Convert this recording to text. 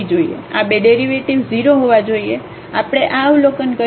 આ બે ડેરિવેટિવ્ઝ 0 હોવા જોઈએ આપણે આ અવલોકન કર્યું છે